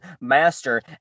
master